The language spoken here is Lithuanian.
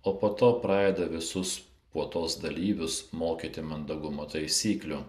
o po to pradeda visus puotos dalyvius mokyti mandagumo taisyklių